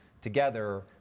together